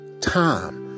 time